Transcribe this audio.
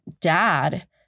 Dad